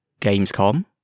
Gamescom